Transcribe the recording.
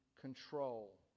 control